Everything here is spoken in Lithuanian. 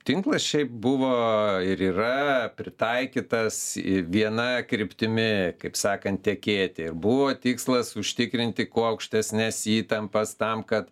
tinklas šiaip buvo ir yra pritaikytas į viena kryptimi kaip sakant tekėti ir buvo tikslas užtikrinti kuo aukštesnes įtampas tam kad